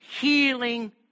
healing